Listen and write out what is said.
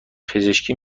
پزشکی